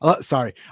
Sorry